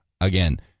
again